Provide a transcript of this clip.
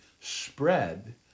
spread